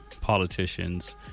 politicians